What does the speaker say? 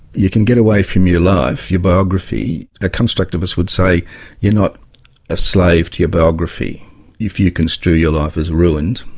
you can get away from your life, your biography a constructivist would say you're not a slave to your biography if you construe your life as ruined,